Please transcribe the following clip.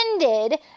ended